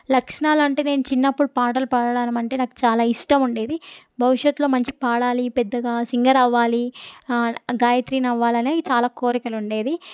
లక్షణాలు అంటే నేను చిన్నప్పుడు పాటలు పాడడం అంటే చాలా ఇష్టం ఉండేది భవిష్యత్తులో మంచి పాడాలి పెద్దగా సింగర్ అవ్వాలి గాయత్రినవ్వాలని అనే చాలా కోరికలుండేది